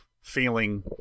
feeling